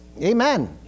Amen